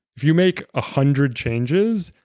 if you make a hundred changes,